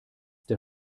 der